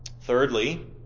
Thirdly